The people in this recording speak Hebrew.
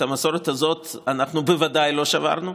את המסורת הזאת אנחנו בוודאי לא שברנו,